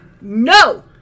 No